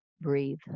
breathe